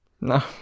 No